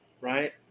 Right